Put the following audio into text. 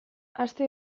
aste